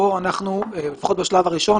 כאן לפחות בשלב הראשון,